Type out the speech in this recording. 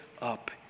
up